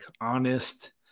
honest